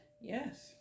Yes